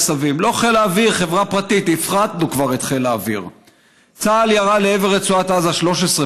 אני אספר מה קרה בשבועיים הראשונים של